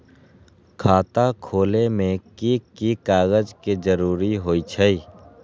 खाता खोले में कि की कागज के जरूरी होई छइ?